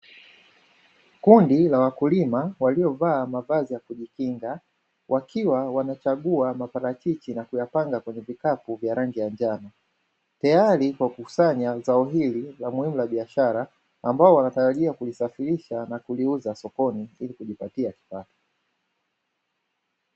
Kundi la wakulima waliovaa mavazi ya kujikinga wakiwa wanachagua maparachichi, na kuyapanga kwenye vikapu vya rangi ya njano, tayari kwa kukusanya zao hili la muhimu la biashara ambalo wanatarajia kulisafirisha na kuliuza sokoni ili kujipatia kipato.